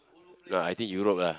no I think Europe lah